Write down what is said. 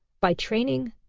by training,